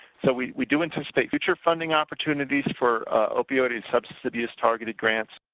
so we we do anticipate future funding opportunities for opioid and substance abuse-targeted grants.